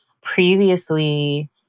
Previously